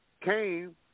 came